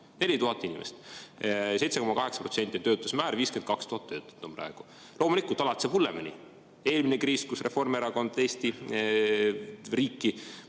4000 inimest. 7,8% on töötuse määr, 52 000 töötut on praegu. Loomulikult, alati saab hullemini. Eelmine kriis, kui Reformierakond, ma